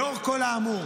לאור כל האמור,